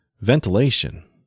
Ventilation